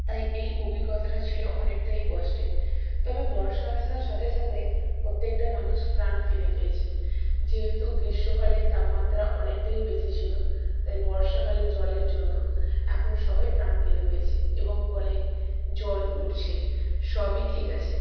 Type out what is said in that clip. তাই এই অভিজ্ঞতাটা ছিল অনেকটাই কষ্টের তবে বর্ষা আসার সাথে সাথে প্রত্যেকটা মানুষ প্রাণ ফিরে পেয়েছে যেহেতু গ্রীষ্মকালের তাপমাত্রা অনেকটাই বেশি ছিল তাই বর্ষাকালে জলের জন্য এখন সবাই প্রাণ ফিরে পেয়েছে এবং কলে জল উঠছে সবই ঠিক আছে